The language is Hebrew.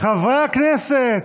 חברי הכנסת,